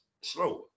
slower